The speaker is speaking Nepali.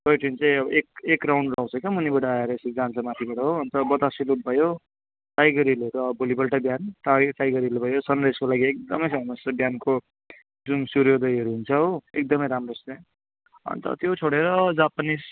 टोय ट्रेन चाहिँ अब एक एक राउन्ड लाउँछ क्या मुनिबाट आएर यसरी जान्छ माथिबाट हो अन्त बतासे लुप भयो टाइगर हिलहरू भोलिपल्ट बिहान टाइगर हिल भयो सनराइजको लागि एकदमै फेमस छ बिहानको जुन सूर्य उदयहरू हुन्छ हो एकदमै राम्रो छ त्यहाँ अन्त त्यो छोडेर जापानिस